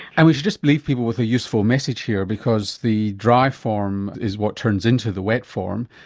and we should just leave people with a useful message here, because the dry form is what turns into the wet form,